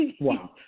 Wow